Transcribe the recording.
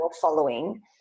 Following